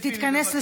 תתכנס לסיום.